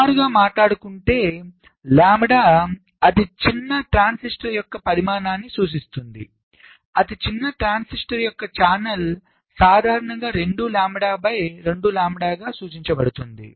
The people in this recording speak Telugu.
సుమారుగా మాట్లాడుకుంటే లాంబ్డా అతిచిన్న ట్రాన్సిస్టర్ యొక్క పరిమాణాన్ని సూచిస్తుంది అతిచిన్న ట్రాన్సిస్టర్ యొక్క ఛానెల్ సాధారణంగా 2 లాంబ్డా బై 2 లాంబ్డాగా సూచించబడుతుంది